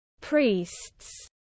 priests